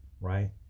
right